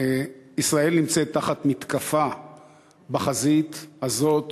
ישראל נמצאת תחת מתקפה בחזית הזאת,